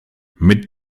mit